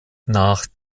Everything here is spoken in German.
nach